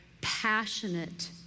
passionate